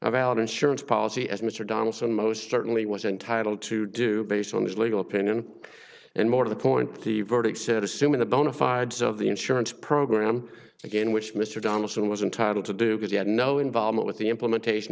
valid insurance policy as mr donaldson most certainly was entitled to do based on his legal opinion and more to the point the verdict said assuming the bona fides of the insurance program again which mr donaldson was entitled to do because he had no involvement with the implementation